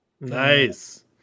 Nice